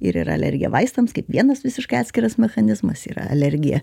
ir yra alergija vaistams kaip vienas visiškai atskiras mechanizmas yra alergija